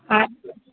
हा